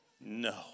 No